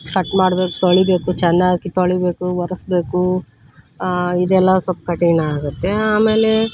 cut ಮಾಡ್ಬೇಕು ತೊಳಿಬೇಕು ಚೆನ್ನಾಗಿ ತೊಳಿಬೇಕು ಒರೆಸ್ಬೇಕು ಇದೆಲ್ಲ ಸ್ವಲ್ಪ ಕಠಿಣ ಆಗುತ್ತೆ ಆಮೇಲೆ